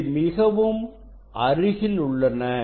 இவை மிகவும் அருகில் உள்ளன